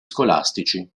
scolastici